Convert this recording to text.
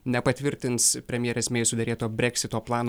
nepatvirtins premjerės mei suderėto breksito plano